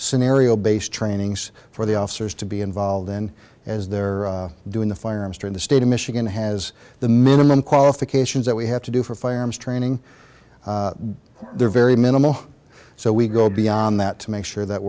scenario based trainings for the officers to be involved in as they're doing the firearms during the state of michigan has the minimum qualifications that we have to do for firearms training they're very minimal so we go beyond that to make sure that